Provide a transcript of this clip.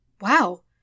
Wow